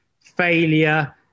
failure